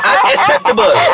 Unacceptable